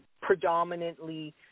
predominantly